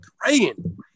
praying